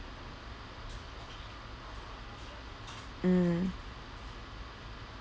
mm